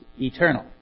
eternal